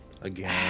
again